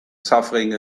suffering